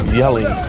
yelling